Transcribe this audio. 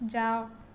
ଯାଅ